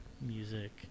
music